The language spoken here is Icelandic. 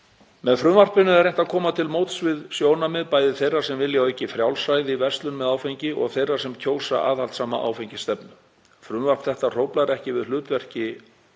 Með frumvarpinu er reynt að koma til móts við sjónarmið bæði þeirra sem vilja aukið frjálsræði í verslun með áfengi og þeirra sem kjósa aðhaldssama áfengisstefnu. Frumvarp þetta hróflar ekki við hlutverki